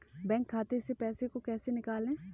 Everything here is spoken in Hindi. बैंक खाते से पैसे को कैसे निकालें?